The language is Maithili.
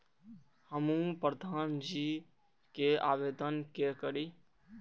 हमू प्रधान जी के आवेदन के करी?